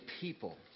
people